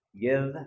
Give